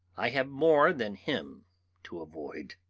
i have more than him to avoid.